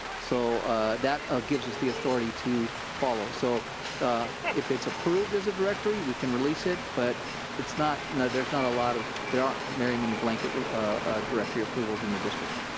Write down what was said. so that gives us the authority to follow. so if it's approved as a directory, we can release it, but it's not, there's not a lot of, there aren't very many blanket ah directory approvals in the district.